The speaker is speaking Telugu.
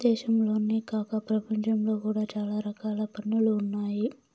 దేశంలోనే కాక ప్రపంచంలో కూడా చాలా రకాల పన్నులు ఉన్నాయి